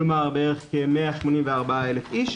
כלומר בערך כ-184,000 איש,